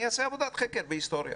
אני אעשה עבודת חקר בהיסטוריה